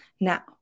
Now